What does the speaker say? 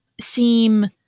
seem